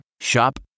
Shop